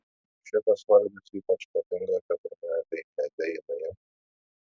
šitas valgis ypač patinka keturmetei medeinai